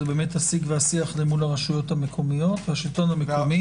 השיג והשיח למול רשויות המקומיות והשלטון המקומי.